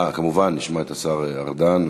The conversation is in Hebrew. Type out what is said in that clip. אה, כמובן נשמע את השר ארדן,